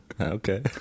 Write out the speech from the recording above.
Okay